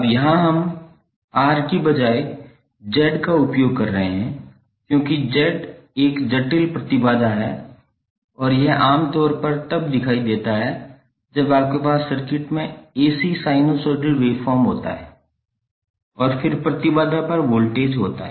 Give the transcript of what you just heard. अब यहाँ हम R के बजाय Z का उपयोग कर रहे हैं क्योंकि Z एक जटिल प्रतिबाधा है और यह आमतौर पर तब दिखाई देता है जब आपके पास सर्किट में AC साइनसोइडल वेव फॉर्म होता है और फिर प्रतिबाधा पर वोल्टेज होता है